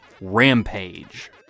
Rampage